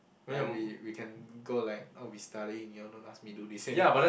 like we we can go like oh we studying you all don't ask me do this eh